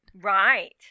Right